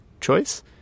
choice